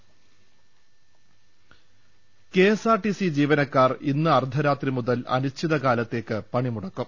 ള്ള ൽ കെഎസ്ആർടിസി ജീവനക്കാർ ഇന്ന് അർധരാത്രി മുതൽ അനിശ്ചിത കാലത്തേക്ക് പണിമുടക്കും